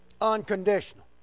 Unconditional